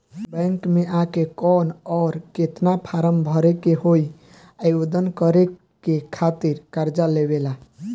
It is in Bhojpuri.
बैंक मे आ के कौन और केतना फारम भरे के होयी आवेदन करे के खातिर कर्जा लेवे ला?